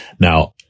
Now